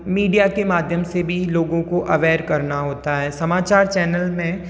media के माध्यम से भी लोगों को अवेयर करना होता है समाचार चैनल में